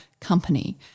company